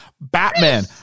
Batman